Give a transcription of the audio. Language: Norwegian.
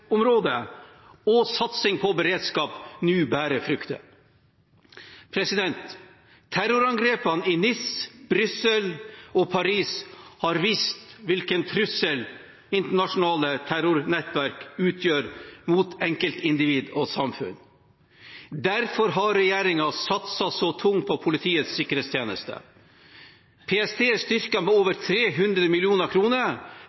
og satsing på beredskap, nå bærer frukter. Terrorangrepene i Nice, Brussel og Paris har vist hvilken trussel internasjonale terrornettverk utgjør mot enkeltindivid og samfunn. Derfor har regjeringen satset så tungt på Politiets sikkerhetstjeneste. PST er styrket med